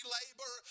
labor